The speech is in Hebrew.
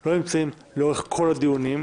לא נמצאים לאורך כל הדיונים,